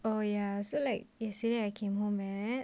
oh ya so like yesterday I came home at